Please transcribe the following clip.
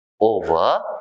over